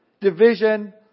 division